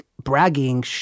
bragging